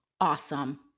Awesome